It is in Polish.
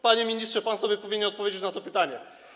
Panie ministrze, pan sobie powinien odpowiedzieć na to pytanie.